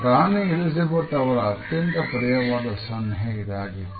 ರಾಣಿ Elizabeth ಅವರ ಅತ್ಯಂತ ಪ್ರಿಯವಾದ ಸನ್ಹೆ ಇದಾಗಿತ್ತು